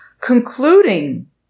concluding